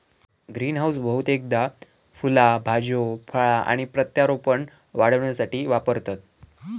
greenhouse बहुतेकदा फुला भाज्यो फळा आणि प्रत्यारोपण वाढविण्यासाठी वापरतत